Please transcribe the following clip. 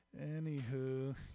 Anywho